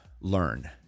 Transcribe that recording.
learn